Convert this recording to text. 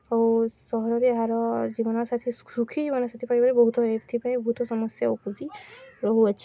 ଆଉ ସହରରେ ଏହାର ଜୀବନସାଥୀ ସୁଖୀ ଜୀବନ ସାଥୀ ପାଇବାରେ ବହୁତ ଏଥିପାଇଁ ବହୁତ ସମସ୍ୟା ଉପୁଜି ରହୁଅଛି